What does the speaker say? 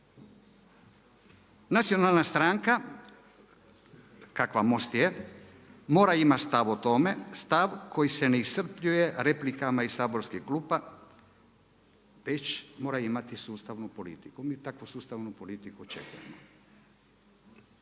Nacionalna stranka kakva MOST je mora imati stav o tome, stav koji se ne iscrpljuje replikama iz saborskih klupa već mora imati sustavnu politiku. Mi takvu sustavnu politiku očekujemo.